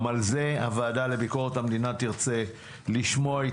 גם על זה הוועדה לביקורת המדינה תרצה לשמוע.